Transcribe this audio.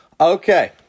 Okay